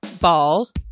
balls